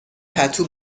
پتو